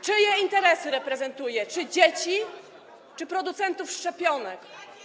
Czyje interesy reprezentuje: czy dzieci, czy producentów szczepionek?